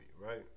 right